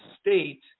state